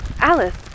Alice